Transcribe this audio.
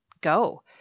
go